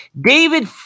David